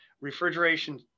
refrigeration